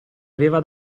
aveva